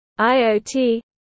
iot